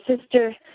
sister